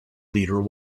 leader